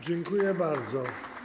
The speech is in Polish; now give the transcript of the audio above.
Dziękuję bardzo.